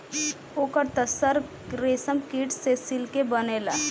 ओकर त सर रेशमकीट से सिल्के बनेला